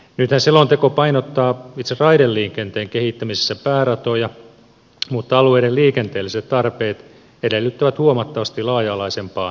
nythän selonteko painottaa itse raideliikenteen kehittämisessä pääratoja mutta alueiden liikenteelliset tarpeet edellyttävät huomattavasti laaja alaisempaa näkemystä